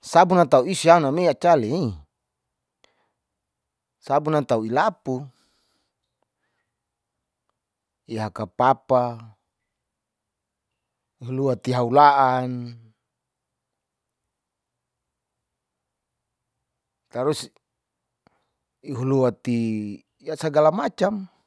sabun atau isiana mea acala'i sabun atau ilapu ihaka papa, ohulua tihaula'an. Tarus iholuati ya sagala macam.